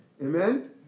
Amen